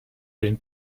den